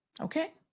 okay